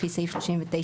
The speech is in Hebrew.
לפי סעיף 39ט;";